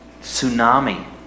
tsunami